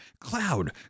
Cloud